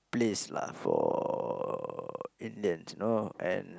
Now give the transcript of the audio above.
place lah for Indians you know and